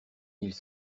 ils